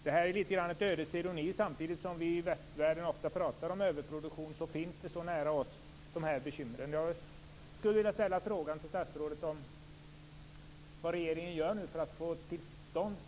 Det är litet av ödets ironi att samtidigt som vi i västvärlden ofta pratar om överproduktion finns de här bekymren så nära oss.